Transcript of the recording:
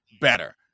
better